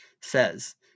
says